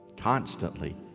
constantly